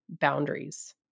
boundaries